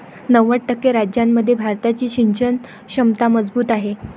नव्वद टक्के राज्यांमध्ये भारताची सिंचन क्षमता मजबूत आहे